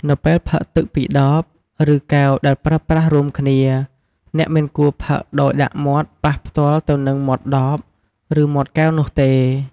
នៅពេលផឹកទឹកពីដប ឬកែវដែលប្រើប្រាស់រួមគ្នា អ្នកមិនគួរផឹកដោយដាក់មាត់ប៉ះផ្ទាល់ទៅនឹងមាត់ដប ឬមាត់កែវនោះទេ។